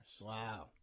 Wow